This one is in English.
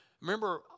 Remember